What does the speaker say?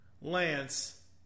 Lance